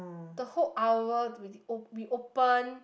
the whole hour we o~ we open